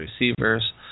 receivers